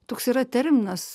toks yra terminas